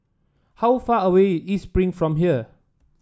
how far away East Spring from here